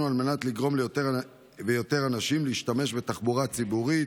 על מנת לגרום ליותר ויותר אנשים להשתמש בתחבורה הציבורית,